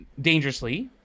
dangerously